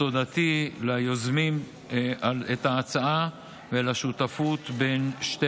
ותודתי ליוזמים את ההצעה ולשותפות בין שתי